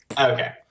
Okay